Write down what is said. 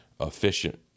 efficient